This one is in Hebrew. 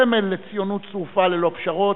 סמל לציונות צרופה ללא פשרות.